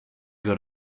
got